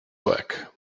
work